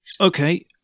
okay